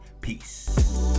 Peace